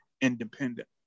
independent